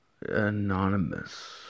Anonymous